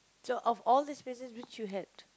so of all these places which you had